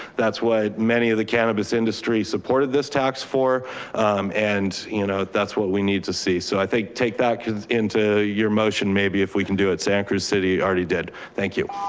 that's why many of the cannabis industry, supported this tax for and you know that's what we need to see. so i think take that into your motion, maybe if we can do it, santa cruz city already did. thank you.